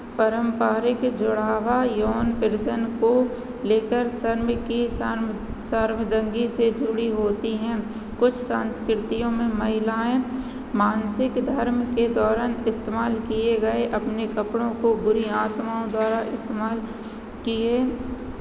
परम्पारिक जोड़ावा यौन प्रजनन को लेकर शर्म की शर्म सार्वदंगी से जुड़ी होती हैं कुछ सांस्कृतियों में महिलाएँ मानसिक धर्म के दौरान इस्तेमाल किए गए अपने कपड़ों को बुरी आत्माओं द्वारा इस्तेमाल किए